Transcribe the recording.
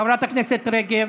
חברת הכנסת רגב,